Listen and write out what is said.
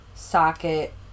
socket